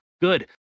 Good